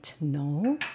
No